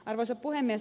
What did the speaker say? arvoisa puhemies